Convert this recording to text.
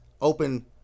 open